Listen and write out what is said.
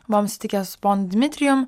buvom susitikę su ponu dimitrijum